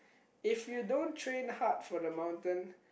if you don't train hard for the mountain